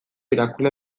irakurle